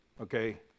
Okay